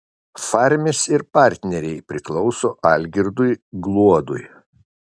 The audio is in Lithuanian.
farmis ir partneriai priklauso algirdui gluodui